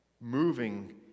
moving